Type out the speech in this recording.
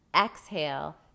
exhale